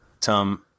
Tom